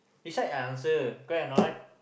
decide I answer correct or not